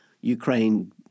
Ukraine